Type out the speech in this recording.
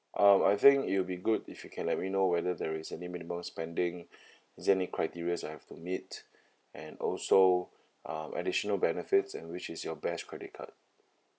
um I think it will be good if you can let me know whether there is any minimum spending is there any criteria that I have to meet and also um additional benefits and which is your best credit card